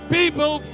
people